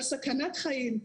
על סכנת חיים,